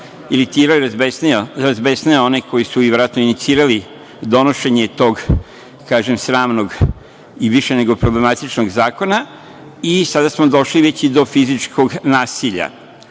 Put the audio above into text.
iritirao i razbesneo one koji su i verovatno inicirali donošenje tog, kažem, sramnog i više nego problematičnog zakona i sada smo došli već i do fizičkog nasilja. Moje